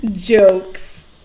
jokes